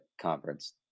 conference